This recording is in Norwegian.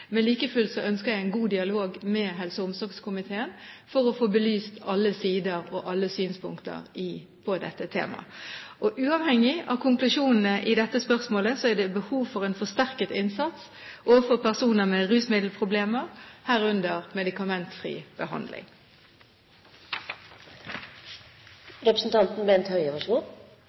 men like fullt ønsker jeg en dialog med helse- og omsorgskomiteen for å få belyst alle sider og alle synspunkter på dette temaet. Uavhengig av konklusjonene i dette spørsmålet er det behov for en forsterket innsats overfor personer med rusmiddelproblemer, herunder medikamentfri